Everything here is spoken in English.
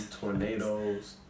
tornadoes